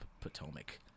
Potomac